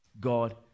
God